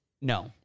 No